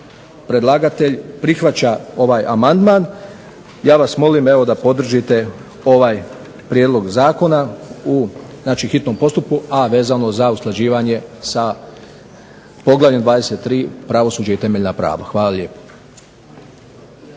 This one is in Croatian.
predlagatelj prihvaća ovaj amandman. Ja vas molim da podržite ovaj prijedlog zakona u hitnom postupku, a vezano za usklađivanjem sa poglavljem 23 - Pravosuđe i temeljna prava. Hvala lijepo.